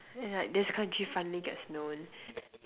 and like this country finally gets known